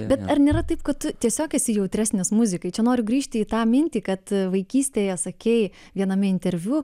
bet ar nėra taip kad tu tiesiog esi jautresnis muzikai čia noriu grįžti į tą mintį kad vaikystėje sakei viename interviu